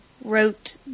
wrote